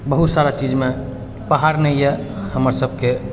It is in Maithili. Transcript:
बहुत सारा चीजमे पहाड़ नहि अइ हमर सभके